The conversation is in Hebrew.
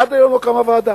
עד היום לא קמה ועדה.